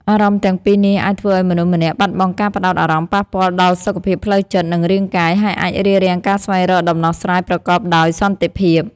អារម្មណ៍ទាំងពីរនេះអាចធ្វើឲ្យមនុស្សម្នាក់បាត់បង់ការផ្ដោតអារម្មណ៍ ប៉ះពាល់ដល់សុខភាពផ្លូវចិត្ត និងរាងកាយ ហើយអាចរារាំងការស្វែងរកដំណោះស្រាយប្រកបដោយសន្តិភាព។